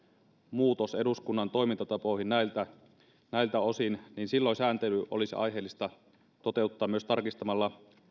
muutos eduskunnan toimintatapoihin näiltä osin niin silloin sääntely olisi aiheellista toteuttaa tarkistamalla